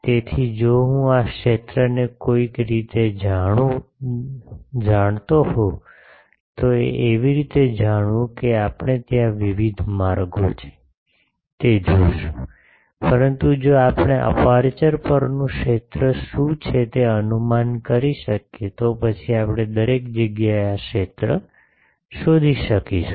તેથી જો હું આ ક્ષેત્રને કોઈક રીતે જાણું હોઉં તો તે કેવી રીતે જાણવું કે આપણે ત્યાં વિવિધ માર્ગો છે તે જોશું પરંતુ જો આપણે અપેરચ્યોર પરનું ક્ષેત્ર શું છે તે અનુમાન કરી શકીએ તો પછી આપણે દરેક જગ્યાએ આ ક્ષેત્ર શોધી શકીશું